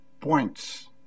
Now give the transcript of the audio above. points